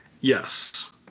Yes